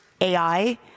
AI